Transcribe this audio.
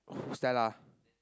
oh who's that ah